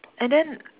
and then